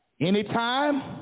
anytime